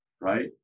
Right